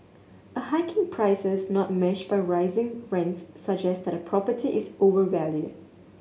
a hike in prices not matched by rising rents suggests that a property is overvalued